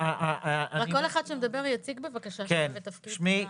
רק כל אחד שמדבר יציג בבקשה שם ותפקיד.